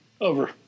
Over